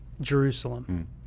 Jerusalem